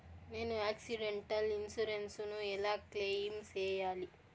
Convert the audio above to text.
నేను accidental insurance ను ఎలా క్లెయిమ్ సేయాలి?